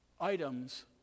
items